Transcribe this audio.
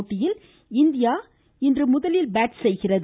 போட்டியில் இந்தியா முதலில் பேட் செய்கிறது